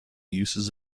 uses